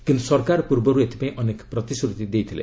କିନ୍ତୁ ସରକାର ପୂର୍ବରୁ ଏଥିପାଇଁ ଅନେକ ପ୍ରତିଶ୍ରୁତି ଦେଇଥିଲେ